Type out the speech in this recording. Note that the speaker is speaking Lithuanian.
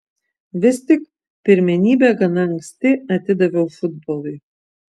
vis tik pirmenybę gana anksti atidaviau futbolui